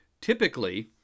typically